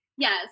Yes